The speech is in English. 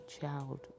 child